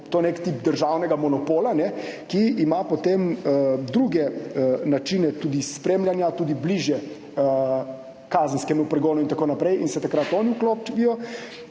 nek tip državnega monopola, ki ima potem tudi druge načine spremljanja, je tudi bližje kazenskemu pregonu in tako naprej in se takrat oni vklopijo.